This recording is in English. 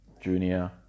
junior